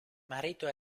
marito